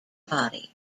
body